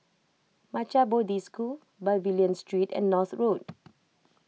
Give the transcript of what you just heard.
Maha Bodhi School Pavilion Street and North Road